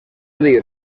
dir